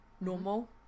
normal